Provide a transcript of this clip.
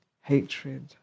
hatred